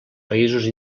països